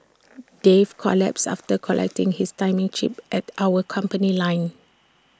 Dave collapsed after collecting his timing chip at our company line